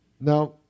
Now